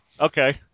Okay